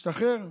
השתחרר,